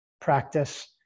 practice